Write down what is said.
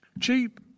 cheap